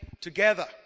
together